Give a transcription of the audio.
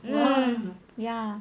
um ya